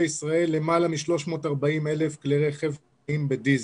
ישראל למעלה מ-340,000 כלי רכב מונעים בדיזל.